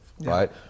Right